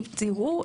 אם תראו,